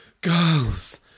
girls